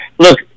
Look